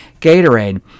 Gatorade